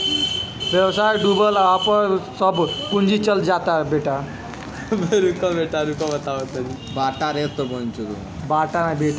व्यवसाय डूबला पअ सब पूंजी चल जात बाटे